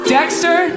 Dexter